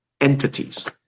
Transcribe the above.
entities